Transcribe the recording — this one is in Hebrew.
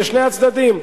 לשני הצדדים,